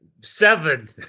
seven